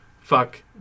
fuck